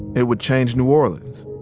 it would change new orleans.